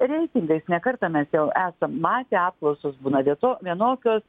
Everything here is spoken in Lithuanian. reitingais ne kartą mes jau esam matę apklausos būna vieto vienokios